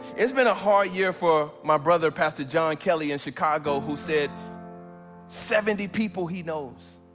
it's been a hard year for my brother, pastor john kelly in chicago, who said seventy people he knows,